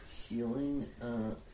healing